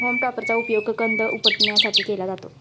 home टॉपरचा उपयोग कंद उपटण्यासाठी केला जातो